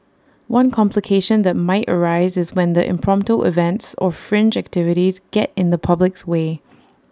one complication that might arise is when the impromptu events or fringe activities get in the public's way